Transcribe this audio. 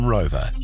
Rover